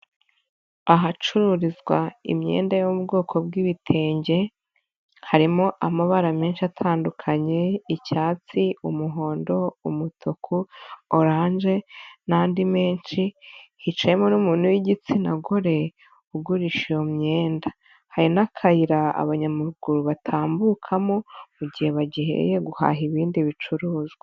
Ahacururizwa imyenda yo mu bwoko bw'ibitenge, harimo amabara menshi atandukanye icyatsi, umuhondo, umutuku, orange, n'andi menshi, hicayemo n'umuntu w'igitsina gore ugurisha iyo myenda. Hari n'akayira abanyamaruguru batambukamo mu gihe bagiyeye guhaha ibindi bicuruzwa.